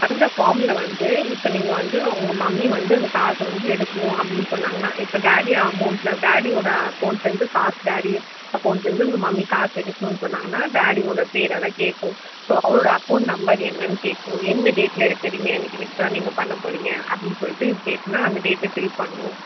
அந்த ஃபார்மில் வந்து இப்போ நீங்கள் வந்து உங்க மம்மி வந்து அந்த காசை வந்து எடுக்கணும் அப்படின்னு சொன்னாங்கனால் இப்போ டாடி அமௌண்ட்டில் டாடியோடய அகௌண்ட்லேருந்து காசு டாடி அகௌண்ட்லேருந்து உங்கள் மம்மி காசு எடுக்கணும் சொன்னாங்கனால் டாடியோடய பேர் எல்லாம் கேட்கும் ஸோ அவரோடய அகௌண்ட் நம்பர் என்னென்னு கேட்கும் எந்த டேட்டில் எடுக்கிறீங்க இன்றைக்கி வித்ட்ரா நீங்கள் பண்ணப் போகிறீங்க அப்படின்னு சொல்லிட்டு இந்த டேட்னால் அந்த டேட்டு ஃபில் பண்ணணும்